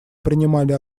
принимали